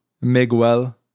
Miguel